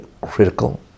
critical